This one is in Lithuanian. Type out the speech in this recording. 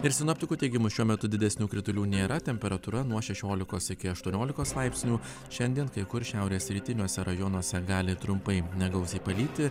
ir sinoptikų teigimu šiuo metu didesnių kritulių nėra temperatūra nuo šešiolikos iki aštuoniolikos laipsnių šiandien kai kur šiaurės rytiniuose rajonuose gali trumpai negausiai palyti